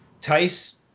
Tice